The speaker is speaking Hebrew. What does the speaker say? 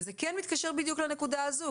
זה כן מתקשר בדיוק לנקודה הזו,